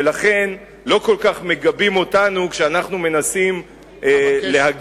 ולכן לא כל כך מגבים אותנו כשאנחנו מנסים להגן,